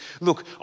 look